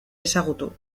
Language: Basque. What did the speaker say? ezagutu